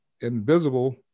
invisible